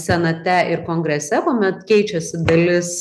senate ir kongrese kuomet keičiasi dalis